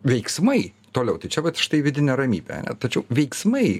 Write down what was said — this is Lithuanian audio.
veiksmai toliau tai čia vat štai vidinė ramybė tačiau veiksmai